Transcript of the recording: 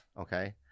okay